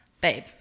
babe